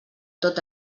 tot